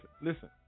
listen